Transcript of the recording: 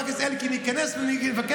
חבר הכנסת אלקין ייכנס עוד כמה דקות ואני אבקש